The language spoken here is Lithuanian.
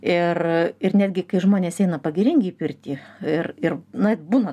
ir ir netgi kai žmonės eina pagiringi į pirtį ir ir na būna